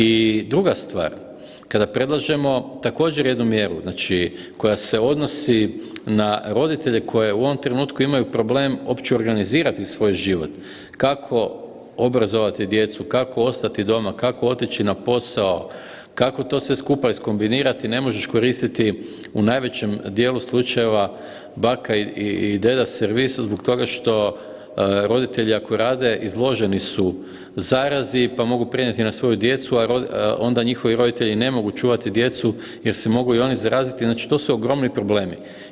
I druga stvar kada predlažemo također jednu mjeru, znači koja se odnosi na roditelje koji u ovom trenutku imaju problem uopće organizirati svoj život kako obrazovati djecu, kako ostati doma, kako otići na posao, kako to sve skupa iskombinirati, ne možeš koristiti u najvećem djelu slučajeva baka i deda servis zbog toga što roditelji ako rade izloženi su zarazi pa mogu prenijeti na svoju djecu, a onda njihovi roditelji ne mogu čuvati djecu jer se mogu i oni zaraziti, znači to su ogromni problemi.